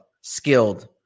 skilled